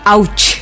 Ouch